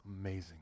amazing